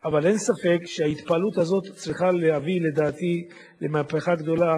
אין ספק שהמדינה חייבת לאמץ גוף כזה של מתנדבים,